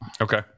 Okay